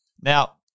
Now